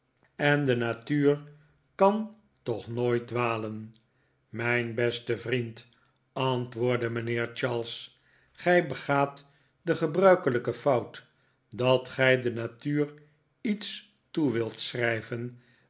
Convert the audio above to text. en de natuur kan toch nooit dwalen mijn beste vriend antwoordde mijnheer charles gij begaat de gebruikelijke fout dat gij de natuur iets toe wilt schrijven